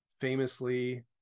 famously